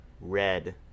red